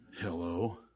Hello